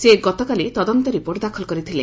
ସେ ଗତକାଲି ତଦନ୍ତ ରିପୋର୍ଟ ଦାଖଲ କରିଥିଲେ